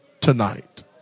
tonight